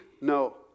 No